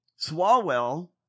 Swalwell